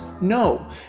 No